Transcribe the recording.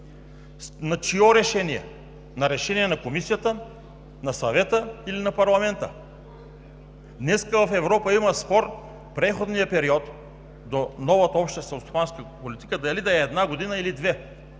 На чие решение? На решение на Комисията, на Съвета или на Парламента? Днес в Европа има спор преходният период до новата Обща селскостопанска политика дали да е една година или две?